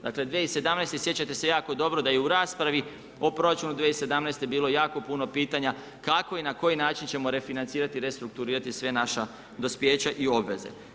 Dakle, 2017. sjećate se jako dobro da i u raspravi o proračunu 2017. bilo jako puno pitanja kako i na koji način ćemo refinancirati, restrukturirati sva naša dospijeća i obveze.